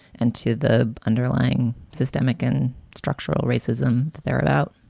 and to the underlying systemic and structural racism that they're about.